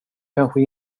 kanske